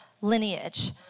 lineage